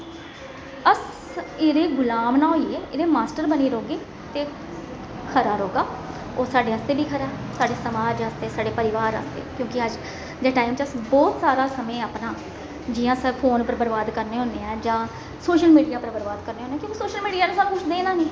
अस एहदे गुलाम ना होइये एहदे मास्टर बनियै रौह्गे ते खरा रौहगा ओह् साढ़े आस्तै बी खरा साढ़े समाज आस्तै साढ़े परिवार आस्तै क्योंकि अज्ज दे टाइम च अस बहुत सारा समें अपना जियां असें फोन उप्पर बरबाद करने होन्ने आं जां सोशल मीडिया उप्पर बरबाद करने होन्ने क्योकि सोशल मीडिया ने सानूं कुछ देना नेईं